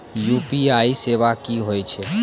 UPI सेवा की होय छै?